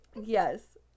Yes